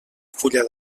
fulla